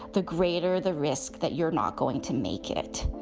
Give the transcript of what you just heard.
the greater the risk that you're not going to make it